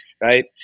right